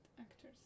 actors